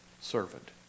servant